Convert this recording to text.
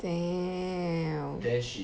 damn